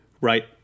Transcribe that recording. Right